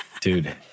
dude